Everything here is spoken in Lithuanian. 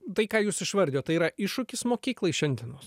tai ką jūs išvardijot tai yra iššūkis mokyklai šiandienos